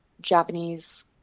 Japanese